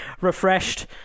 refreshed